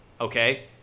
okay